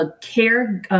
care